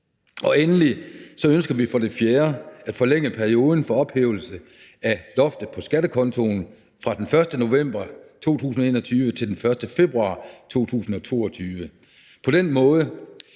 Endelig for det fjerde forlænges perioden for ophævelse af loftet på skattekontoen fra den 1. november 2021 til den 1. februar 2022. Det er